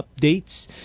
updates